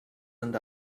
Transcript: and